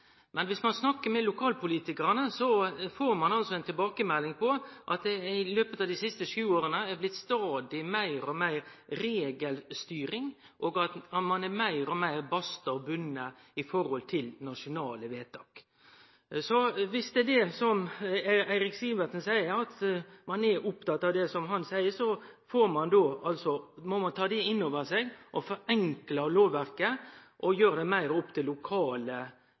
men om ein snakkar med lokalpolitikarane, får ein altså ei tilbakemelding på at det dei siste sju åra har blitt stadig meir regelstyring, og at ein er meir og meir basta og bunden til nasjonale vedtak. Så om det er slik Eirik Sivertsen seier, at ein er oppteken av dette, må ein ta det inn over seg og forenkle lovverket og gjere det meir opp til lokale